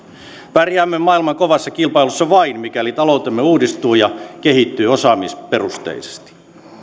pärjäämme maailman kovassa kilpailussa vain mikäli taloutemme uudistuu ja kehittyy osaamisperusteisesti